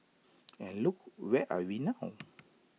and look where we are now